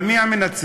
אבל מי המנצח,